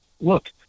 look